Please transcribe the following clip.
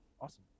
awesome